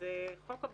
זה חוק הבכיינות,